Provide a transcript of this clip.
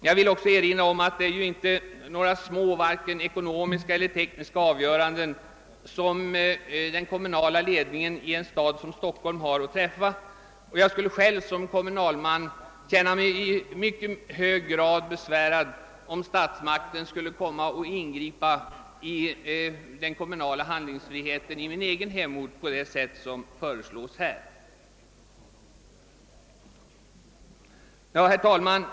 Jag vill också erinra om att det inte är några små tekniska eller ekonomiska avgöranden som den kommunala ledningen i en stad som Stockholm har att träffa. Jag skulle själv som kommunalman känna mig i mycket hög grad besvärad, om staten skulle ingripa i den kommunala handlingsfriheten i min egen hemort på det sätt som här föreslås. Herr talman!